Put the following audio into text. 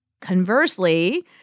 Conversely